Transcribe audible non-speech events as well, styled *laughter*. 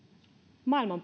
maailman *unintelligible*